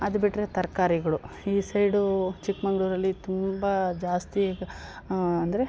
ಅದು ಬಿಟ್ಟರೆ ತರಕಾರಿಗಳು ಈ ಸೈಡು ಚಿಕ್ಕಮಂಗ್ಳೂರಲ್ಲಿ ತುಂಬ ಜಾಸ್ತಿ ಅಂದರೆ